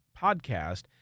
podcast